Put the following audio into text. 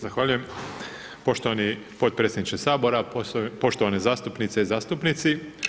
Zahvaljujem poštovani potpredsjedniče Sabora, poštovane zastupnice i zastupnici.